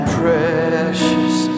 precious